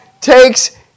takes